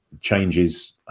changes